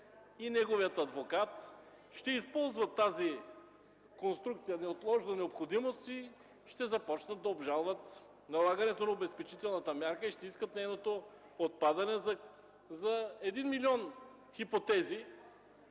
и неговият адвокат ще използват тази конструкция „неотложна необходимост” и ще започнат да обжалват налагането на обезпечителната мярка и ще искат нейното отпадане за един милион хипотези,